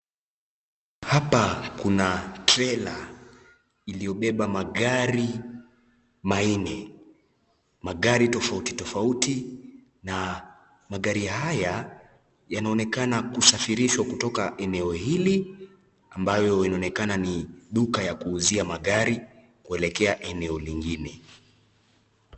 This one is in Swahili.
Hapa kuna trela iliyobeba magari manne, magari tofauti tofauti na magari haya yanaonekana kusafirishwa kutoka eneo hili ambayo inaonekana ni duka ya kuuzia magari kuelekea eneo lingine.